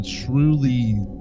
truly